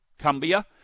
Cumbia